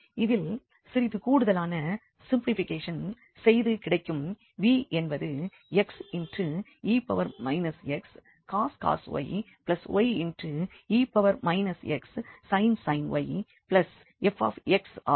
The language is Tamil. இதில் சிறிது கூடுதலான சிம்ப்ளிபிகேஷன் செய்து கிடைக்கும் v என்பது xe xcos y ye xsin y Fx ஆகும்